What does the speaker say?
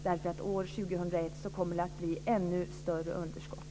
År 2001 kommer det att bli ännu större underskott.